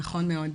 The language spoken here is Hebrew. נכון מאוד.